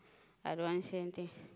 I don't want say anything